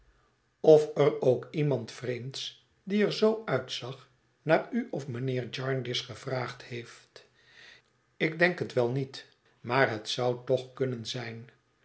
of er ook iemand vreemds die er zoo uitzag naar u of mijnheer jarndyce gevraagd heeft ik denk het wel niet maar het zou toch kunnen zijn